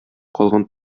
калган